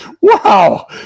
Wow